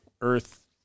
Earth